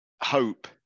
hope